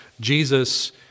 Jesus